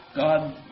God